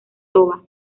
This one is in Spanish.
toba